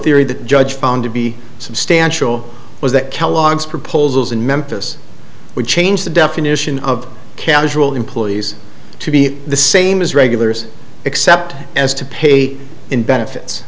theory the judge found to be substantial was that kellogg's proposals in memphis would change the definition of casual employees to be the same as regulars except as to pay in benefits